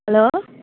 hello